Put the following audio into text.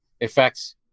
effects